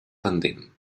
pendent